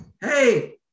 hey